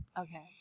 Okay